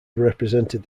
represented